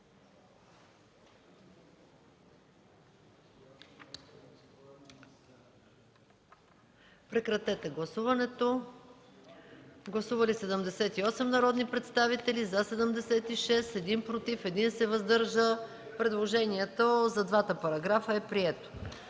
33. Моля, гласувайте. Гласували 78 народни представители: за 76, против 1, въздържал се 1. Предложението за двата параграфа е прието.